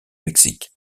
mexique